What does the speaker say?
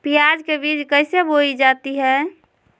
प्याज के बीज कैसे बोई जाती हैं?